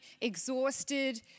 exhausted